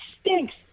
stinks